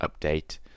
update